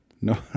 no